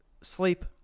sleep